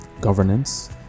governance